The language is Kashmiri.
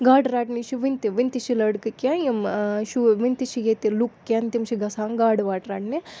گاڈٕ رَٹنہِ چھِ وٕنہِ تہِ وٕنۍ تہِ چھِ لٔڑکہٕ کینٛہہ یِم شُہ وٕنہِ تہِ چھِ ییٚتہِ لُک کینٛہہ تِم چھِ گژھان گاڈٕ واڈٕ رَٹنہِ